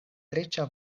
riĉa